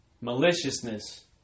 maliciousness